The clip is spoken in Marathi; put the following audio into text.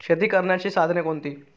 शेती करण्याची साधने कोणती?